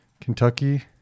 kentucky